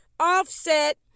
Offset